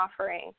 offering